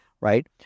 right